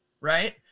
Right